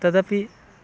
तदपि